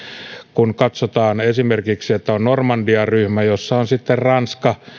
kun katsotaan esimerkiksi että on normandia ryhmä jossa on ranska